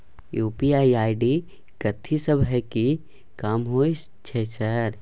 UPI ID कथि सब हय कि काम होय छय सर?